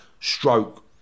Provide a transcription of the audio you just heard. stroke